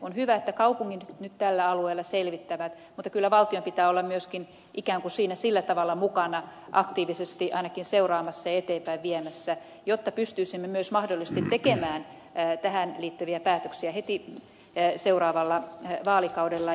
on hyvä että kaupungit nyt tällä alueella selvittävät asiaa mutta kyllä myöskin valtion pitää olla siinä sillä tavalla mukana aktiivisesti ainakin seuraamassa ja eteenpäin viemässä jotta pystyisimme myös mahdollisesti tekemään tähän liittyviä päätöksiä heti seuraavalla vaalikaudella